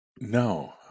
No